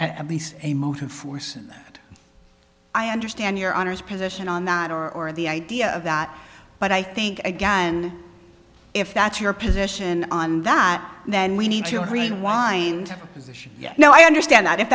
at least a motive force and that i understand your honour's position on that or the idea of that but i think again if that's your position on that then we need to rewind position now i understand that if